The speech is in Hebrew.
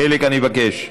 חיליק, אני מבקש.